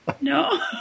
No